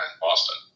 Boston